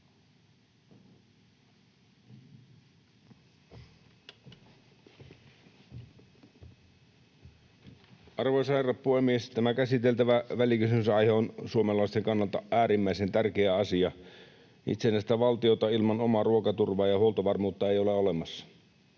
Arvoisa herra puhemies! Tämä käsiteltävä välikysymysaihe on suomalaisten kannalta äärimmäisen tärkeä asia. Itsenäistä valtiota ilman omaa ruokaturvaa ja huoltovarmuutta ei ole olemassa.